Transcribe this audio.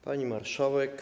Pani Marszałek!